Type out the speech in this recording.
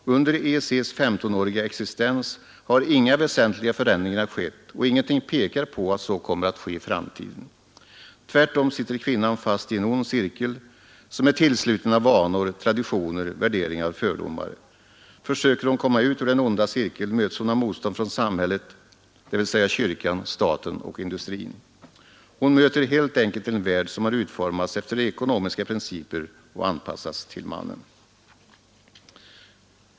Under EEC:s 1S5-åriga existens har inga väsentliga förändringar skett och ingenting pekar på att så kommer att ske i framtiden. Tvärtom sitter kvinnan fast i en ond cirkel som är tillsluten av vanor, traditioner, värderingar och fördomar. Försöker hon komma ut ur den onda cirkeln möts hon av motstånd från samhället, dvs. kyrkan, staten och industrin. Hon möter helt enkelt en värld som har utformats efter ekonomiska principer och anpassats till mannen.